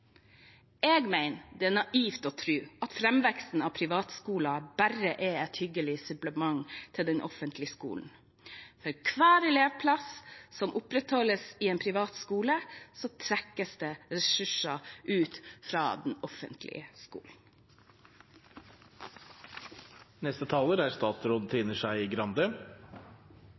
Jeg mener det er naivt å tro at framveksten av privatskoler bare er et hyggelig supplement til den offentlige skolen. For hver elevplass som opprettholdes i en privat skole, trekkes det ressurser ut fra den offentlige